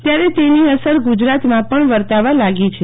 ત્યારે તેની અસર ગુજરાતમાં પણ વર્તાવા લાગી છે